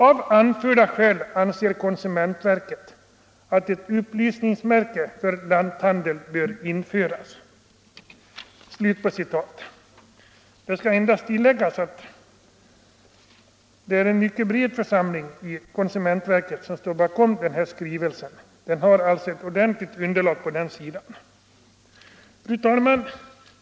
Av anförda skäl anser konsumentverket att ett upplysningsmärke för lanthandeln bör införas.” Det skall endast tilläggas att det är stor bredd på den församling i konsumentverket som står bakom den här skrivelsen. Den har alltså ett ordentligt underlag på sin sida. Fru talman!